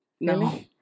No